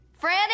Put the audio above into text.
Franny